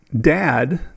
Dad